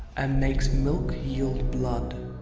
and makes milk yield blood,